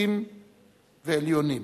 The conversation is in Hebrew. נחותים ועליונים.